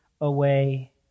away